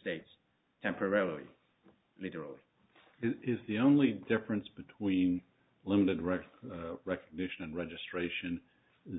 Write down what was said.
states temporarily literally is the only difference between limited rights recognition and registration